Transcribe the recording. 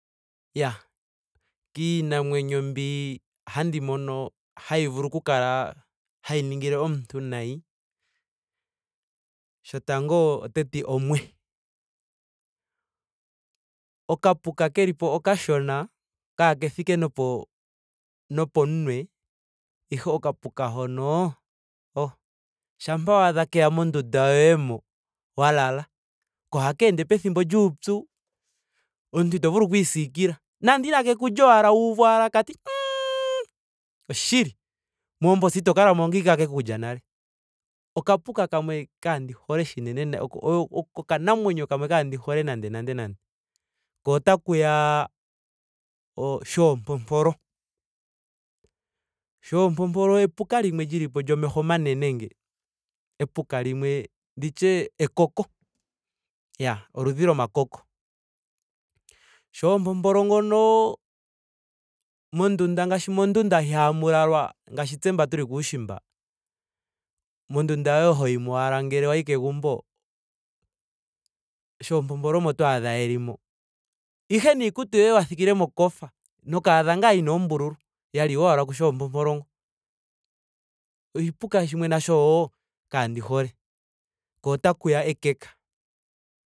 Yaah kiinamwenyo mbi handi mono hayi vulu oku kala hayi ningile omuntu nayi shotango oteti omwe. Okapuka kelipo okashona kaake thike nopo nopomunwe. ihe okapuka hono ohh shampa waadha keya mondunda yoye mo wa lala. ko ohaka ende pethimbo lyuupyu. omuntu ito vulu oku isiikila. Nando inakeku lya wuuvu owala kati mmmmmhh. oshili moomposi ito kala mo ongaashike ashike keku lya nale. Okapuka kamwe kaandi hole shinene oko- oyo- oko okanamwenyo kamwe kandii hole nandee nande nande. Ko otakuya shoompopolo. Shoompopolo epuka limwe lilipo lyomeho omanene nge. Epuka limwe nditye ekoko. Iyaa eludhi lyomakoko. Shoompopolo ngono mondunda ngaashi mondunda ihaa mu lalwa ngaashi tse mba tuli kushiimba. mondunda yoye hoyimo ashike ngele wayi kegumbo. shoompopolo omo twaadhe yeli mo. Ihe niikutu yoye wa thigile mokofa. nokaadha ngaa yina oombululu. ya liwa owala ku shoompopolo ngo. Oshipuka shimwe wo natango kaandi hole. Ko otakuya ekeka.